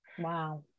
Wow